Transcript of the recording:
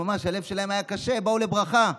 החוצה, הלב שלהם היה ממש קשה, באו לברכה.